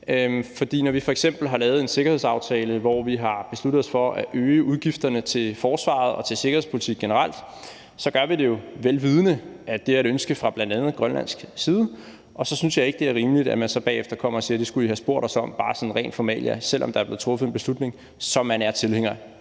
for når vi f.eks. har lavet en sikkerhedsaftale, hvor vi har besluttet os for at øge udgifterne til forsvaret og til sikkerhedspolitik generelt, gør vi det jo vel vidende, at det er et ønske fra bl.a. Grønlands side, og så synes jeg ikke, det er rimeligt, at man så bagefter kommer og siger, at det skulle I have spurgt os om, bare sådan ren formalia, selv om der er blevet truffet en beslutning, som man er tilhænger af.